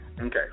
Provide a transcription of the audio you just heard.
Okay